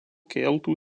keltų